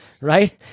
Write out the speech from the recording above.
right